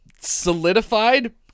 solidified